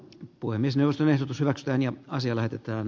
puhemiesneuvoston ehdotus hyväksytään ja asia lähetetään